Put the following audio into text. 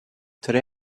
today